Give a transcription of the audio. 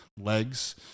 legs